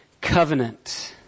covenant